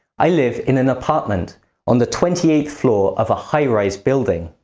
i live in an apartment on the twenty eighth floor of a high-rise building.